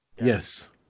Yes